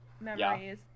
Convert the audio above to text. memories